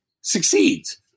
succeeds